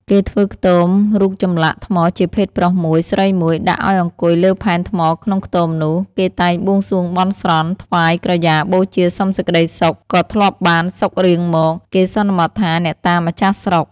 គេធ្វើខ្ទមរូបចំលាក់ថ្មជាភេទប្រុសមួយ ស្រីមួយ ដាក់អោយអង្គុយលើផែនថ្មក្នុងខ្ទមនោះ គេតែងបួងសួងបន់ស្រន់ ថ្វាយក្រយ៉ាបូជាសុំសេចក្ដីសុខ ក៏ធ្លាប់បាន សុខរៀងមក គេសន្មត់ថាអ្នកតាម្ចាស់ស្រុក។